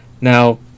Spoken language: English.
Now